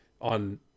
on